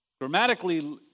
Grammatically